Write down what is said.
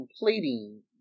completing